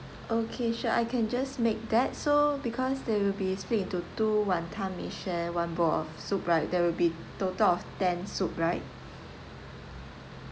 okay sure I can just make that so because they will be split into two wanton mee share one bowl of soup right there will be total of ten soup right